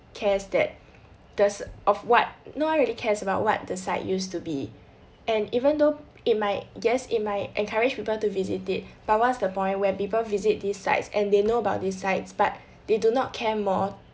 cares that does of what no one really cares about what the site used to be and even though it might guess it might encourage people to visit it but what's the point where people visit these sites and they know about these sites but they do not care more